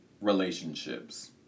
relationships